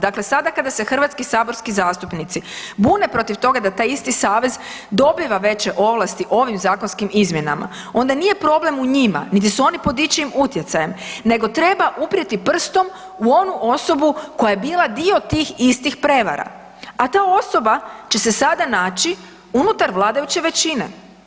Dakle, sada kada se hrvatski saborski zastupnici bune protiv toga da taj isti savez dobiva veće ovlasti ovim zakonskim izmjenama onda nije problem u njima, niti su oni pod ičijim utjecajem nego treba uprijeti prstom u onu osobu koja je bila dio tih istih prevara, a ta osoba će se sada naći unutar vladajuće većine.